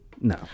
No